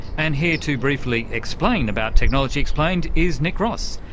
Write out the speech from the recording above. and here to briefly explain about technology explained is nick ross.